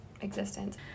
existence